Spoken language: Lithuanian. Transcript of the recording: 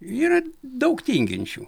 yra daug tinginčių